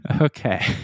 Okay